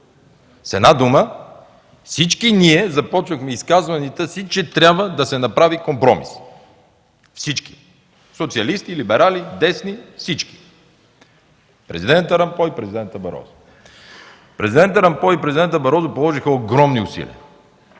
С една дума всички ние започвахме изказванията си, че трябва да се направи компромис. Всички! Социалисти, либерали, десни – всички! Президентът Ромпой и президентът Барозу – също. Президентът Ромпой и президентът Барозу положиха огромни усилия.